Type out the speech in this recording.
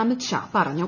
അമിത് ഷാ പറഞ്ഞു